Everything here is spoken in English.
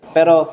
Pero